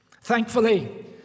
Thankfully